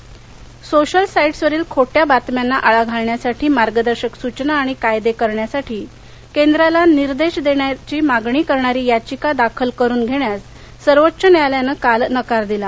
खोट्या बातम्या सोशल साईट्सवरील खोट्या बातम्यांना आळा घालण्यासाठी मार्गदर्शक सुचना आणि कायदे करण्यासाठी केंद्राला निर्देश देण्याचीमागणी करणारी याचिका दाखल करुन घेण्यास सर्वोच्च न्यायालयानं काल नकार दिला